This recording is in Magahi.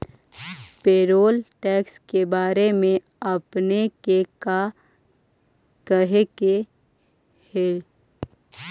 पेरोल टैक्स के बारे में आपने के का कहे के हेअ?